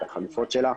את החלופות שלה